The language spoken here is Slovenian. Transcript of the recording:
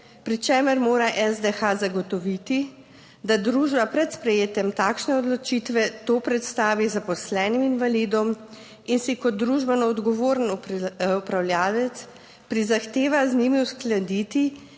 pri čemer mora SDH zagotoviti, da družba pred sprejetjem takšne odločitve to predstavi zaposlenim invalidom in si kot družbeno odgovoren upravljavec prizadeva z njimi uskladiti